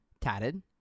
Tatted